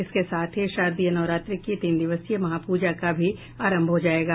इसके साथ ही शारदीय नवरात्र की तीन दिवसीय महापूजा का भी आरंभ हो जायेगा